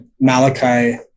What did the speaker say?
Malachi